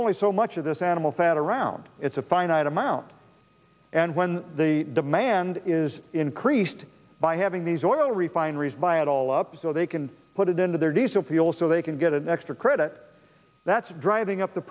only so much of this animal fat around it's a finite amount and when the demand is increased by having these oil refineries buy it all up so they can put it into their diesel fuel so they can get an extra credit that's driving up the